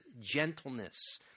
gentleness